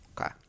Okay